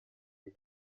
دلم